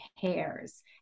pairs